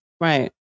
Right